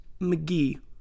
McGee